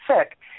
sick